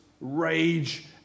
rage